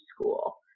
school